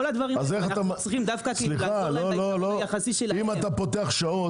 אם אתה פותח שעות